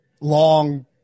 long